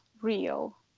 real